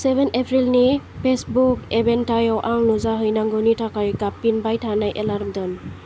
seven एप्रिलनि Facebook एभेन्टाआव आं नुजाथिहैनांगौनि थाखाय गाबफिनबाय थानाय एलार्म दोन